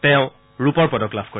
তেওঁ ৰূপৰ পদক লাভ কৰে